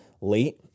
late